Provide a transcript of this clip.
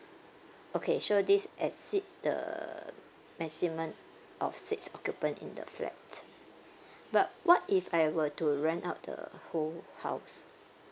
okay so this exceed the maximum of six occupant in the flat but what if I were to rent out the whole house